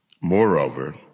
Moreover